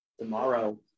tomorrow